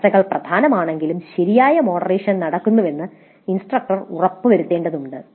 ചർച്ചകൾ പ്രധാനമാണെങ്കിലും ശരിയായ മോഡറേഷൻ നടക്കുന്നുവെന്ന് ഇൻസ്ട്രക്ടർ ഉറപ്പുവരുത്തേണ്ടതുണ്ട്